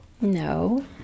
No